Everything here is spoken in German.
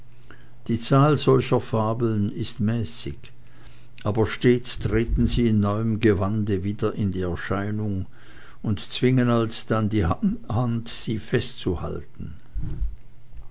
die zahl solcher fabeln ist mäßig aber stets treten sie in neuem gewande wieder in die erscheinung und zwingen alsdann die hand sie festzuhalten